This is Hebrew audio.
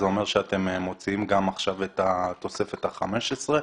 זה אומר שאתם מוציאים גם את התוספת ה-15?